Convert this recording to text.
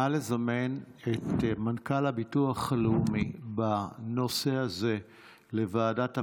נא לזמן את מנכ"ל הביטוח הלאומי בנושא הזה לוועדת הפנים.